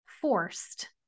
forced